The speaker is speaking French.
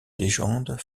légendes